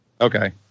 Okay